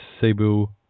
Cebu